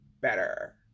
better